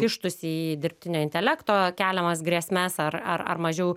kištųsi į dirbtinio intelekto keliamas grėsmes ar ar ar mažiau